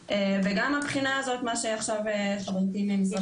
מהבחינה הזאת של מה שעכשיו חברתי ממשרד